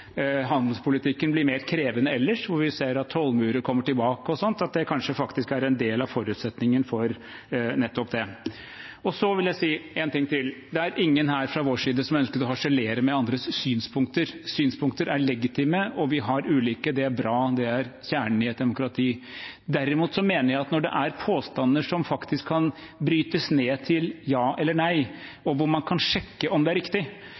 handelspolitikken blir mer krevende ellers, hvor vi ser at tollmurer kommer tilbake – kanskje faktisk er en del av forutsetningen for nettopp det. Så vil jeg si en ting til: Det er ingen her fra vår side som ønsker å harselere med andres synspunkter. Synspunkter er legitime, og vi har ulike. Det er bra – det er kjernen i et demokrati. Derimot mener jeg at når det er påstander som faktisk kan brytes ned til ja eller nei, og hvor man kan sjekke om det er riktig,